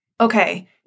Okay